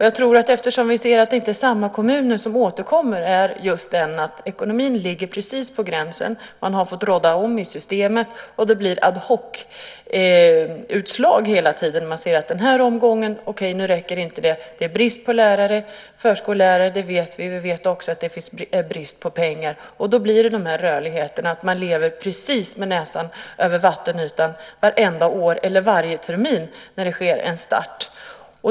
Jag tror att anledningen till att vi ser att det inte är samma kommuner som återkommer är just att ekonomin ligger precis på gränsen. Man har fått rådda om i systemet och det blir ad hoc utslag hela tiden. Man ser att okej, nu räcker det inte den här omgången. Det är brist på lärare och förskollärare, det vet vi. Vi vet också att det är brist på pengar. Då blir det den här rörligheten, att man lever precis med näsan över vattenytan vartenda år eller varje termin när det sker en start.